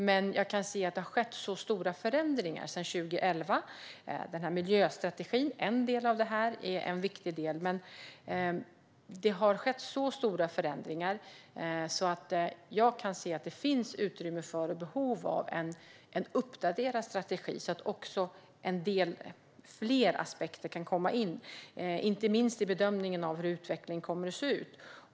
Men jag kan se att det har skett så stora förändringar sedan 2011 - miljöstrategin är en viktig del av detta - att det finns utrymme för och behov av en uppdaterad strategi så att fler aspekter kan komma in, inte minst i bedömningen av hur utvecklingen kommer att se ut.